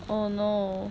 oh no